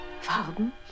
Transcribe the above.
Farben